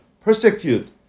persecute